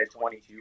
22